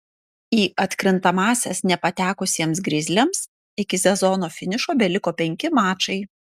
į atkrintamąsias nepatekusiems grizliams iki sezono finišo beliko penki mačai